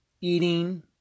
eating